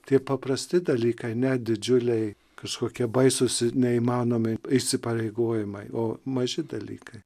tie paprasti dalykai ne didžiuliai kažkokie baisūs neįmanomi įsipareigojimai o maži dalykai